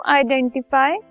identify